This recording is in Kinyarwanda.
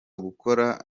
gukora